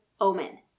omen